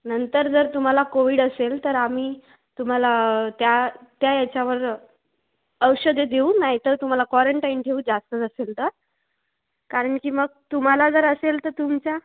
नंतर जर तुम्हाला कोविड असेल तर आम्ही तुम्हाला त्या त्या याच्यावर औषधे देऊ नाही तर तुम्हाला क्वारंटाईन ठेऊ जास्तच असेल तर कारण की मग तुम्हाला जर असेल तर तुमच्या